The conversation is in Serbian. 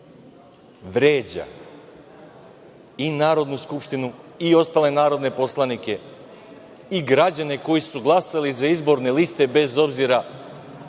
Vređa i Narodnu skupštinu i ostale narodne poslanike i građane koji su glasali za izborne liste bez obzira